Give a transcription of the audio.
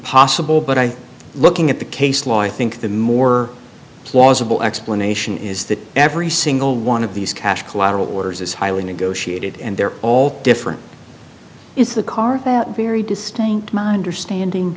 possible but i looking at the case law i think the more plausible explanation is that every single one of these cash collateral orders is highly negotiated and they're all different is the car that very distinct minder standing